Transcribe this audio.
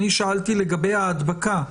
אני שאלתי לגבי ההדבקה.